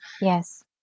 Yes